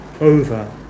over